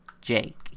Jake